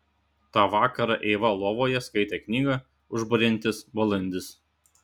tą vakarą eiva lovoje skaitė knygą užburiantis balandis